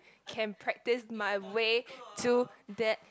can practice my way to the